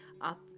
up